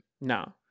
No